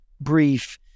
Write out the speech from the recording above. brief